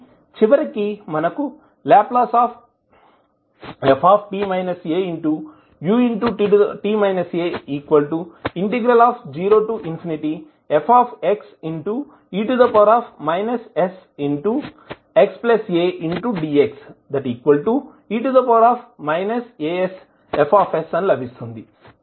కాబట్టి చివరకి మనకు Lft au0fxe sxadxe asFఅని లభిస్తుంది